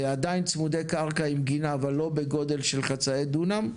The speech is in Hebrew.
עדיין צמודי קרקע עם גינה אבל לא בגודל של חצאי דונם.